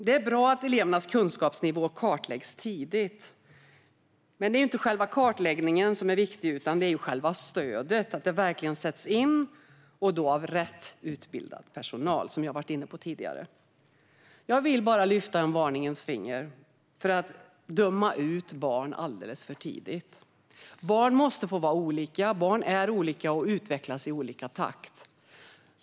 Det är bra att elevernas kunskapsnivå kartläggs tidigt, men det är ju inte själva kartläggningen som är viktig, utan stödet - att det verkligen sätts in och då av rätt utbildad personal, som jag har varit inne på tidigare. Jag vill bara lyfta ett varningens finger för att döma ut barn alldeles för tidigt. Barn är olika och måste få vara det, och de utvecklas i olika takt.